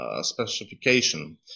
specification